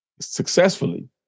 successfully